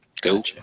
Go